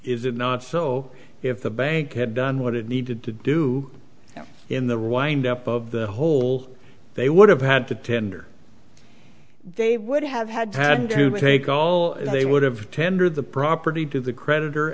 is it not so if the bank had done what it needed to do in the wind up of the hole they would have had to tender they would have had time to take all they would have tendered the property to the creditor